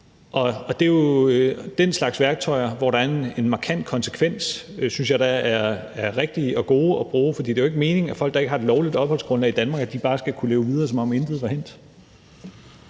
og den slags, og den slags værktøjer, hvor der er en markant konsekvens, synes jeg da er rigtige og gode at bruge, for det er jo ikke meningen, at folk, der ikke har et lovligt opholdsgrundlag i Danmark, bare skal kunne leve videre, som om intet var hændt.